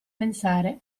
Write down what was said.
pensare